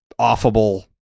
offable